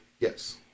Yes